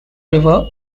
river